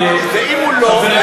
ואם הוא לא?